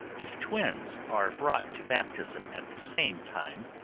if twins are brought to baptism at the same time,